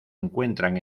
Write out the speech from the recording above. encuentran